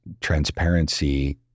transparency